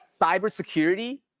cybersecurity